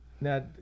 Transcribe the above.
Now –